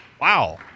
Wow